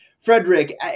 Frederick